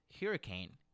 hurricane